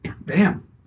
bam